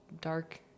dark